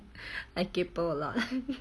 kaypoh a lot